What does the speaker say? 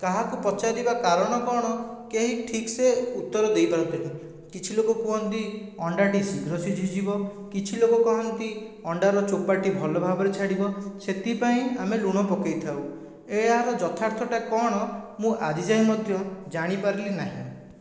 କାହାକୁ ପଚାରିବା କାରଣ କ'ଣ କେହି ଠିକ୍ସେ ଉତ୍ତର ଦେଇ ପାରନ୍ତିନାହିଁ କିଛି ଲୋକ କୁହନ୍ତି ଅଣ୍ଡାଟି ଶୀଘ୍ର ସିଝିଯିବ କିଛି ଲୋକ କୁହନ୍ତି ଅଣ୍ଡାର ଚୋପାଟି ଭଲ ଭାବରେ ଛାଡ଼ିବ ସେଥିପାଇଁ ଆମେ ଲୁଣ ପକାଇଥାଉ ଏହାର ଯଥାର୍ଥଟା କ'ଣ ମୁଁ ଆଜିଯାଏଁ ମଧ୍ୟ ଜାଣିପାରିଲି ନାହିଁ